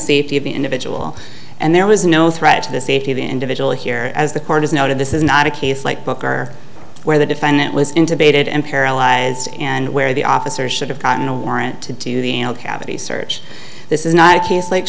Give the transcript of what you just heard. safety of the individual and there was no threat to the safety of the individual here as the court has noted this is not a case like booker where the defendant was intimated and paralyzed and where the officer should have gotten a warrant to do the cavity search this is not a case like